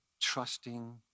trusting